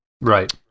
Right